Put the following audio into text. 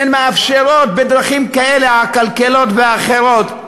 שהן מאפשרות בדרכים כאלה, עקלקלות ואחרות,